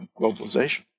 globalization